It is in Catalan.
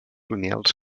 lineals